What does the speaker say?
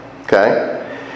Okay